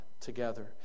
Together